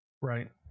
right